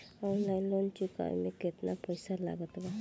Online loan चुकवले मे केतना पईसा लागत बा?